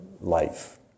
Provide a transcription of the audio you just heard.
life